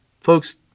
folks